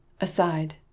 Aside